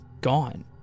gone